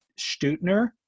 Stutner